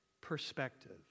perspective